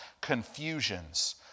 confusions